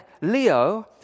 Leo